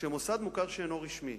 כשמוסד מוכר שאינו רשמי